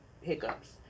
hiccups